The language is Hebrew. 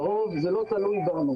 לרוב זה לא תלוי בנו.